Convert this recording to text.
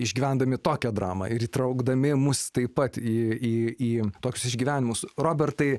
išgyvendami tokią dramą ir įtraukdami mus taip pat į tokius išgyvenimus robertai